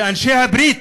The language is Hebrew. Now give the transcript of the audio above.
ואנשי הברית